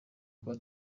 kuba